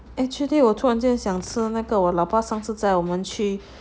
actually 我突然间想吃那个我老爸上次载我们去